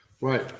right